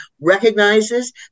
recognizes